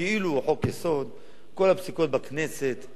בכל הפסיקות לאורך כל השנים האחרונות